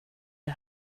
det